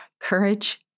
courage